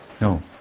No